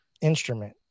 Instrument